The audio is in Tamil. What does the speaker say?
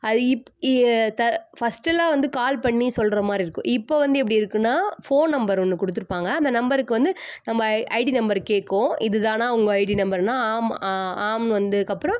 அது தர ஃபஸ்ட்டெல்லாம் வந்து கால் பண்ணி சொல்கிற மாதிரி இருக்கும் இப்போது வந்து எப்படி இருக்குதுன்னா ஃபோன் நம்பர் ஒன்று கொடுத்துருப்பாங்க அந்த நம்பருக்கு வந்து நம்ம ஐடி நம்பரு கேட்கும் இது தானா உங்கள் ஐடி நம்பருன்னா ஆமாம் ஆம்ன்னு வந்ததுக்கு அப்புறம்